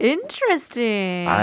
Interesting